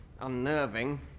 unnerving